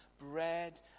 bread